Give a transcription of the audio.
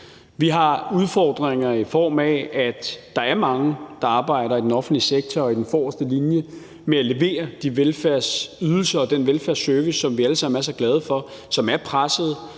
Vi har udfordringer, i form af at der er mange, der arbejder i den offentlige sektor og i den forreste linje med at levere de velfærdsydelser og den velfærdsservice, som vi alle sammen er så glade for, som er pressede,